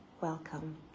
Welcome